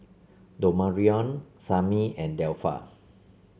Damarion Sammie and Delpha